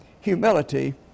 humility